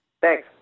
Thanks